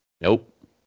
Nope